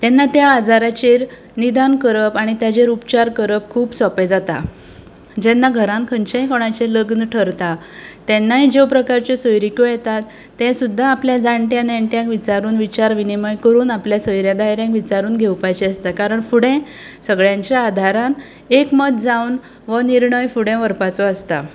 तेन्ना त्या आजाराचेर निदान करप आनी ताचेर उपचार करप खूब सोंपें जाता जेन्ना घरान खंयचेय कोणाचें लग्न थारता तेन्नाय ज्यो प्रकारच्यो सोयरीको येतात तें सुद्दां आपले जाण्ट्या नेणट्यांक विचारून विचार विनीमय करून आपल्या सोयऱ्या धायऱ्यांक विचारून घेवपाचें आसता कारण फुडें सगळ्यांच्या आदारान एक मत जावन हो निर्णय फुडें व्हरपाचो आसता